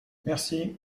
merci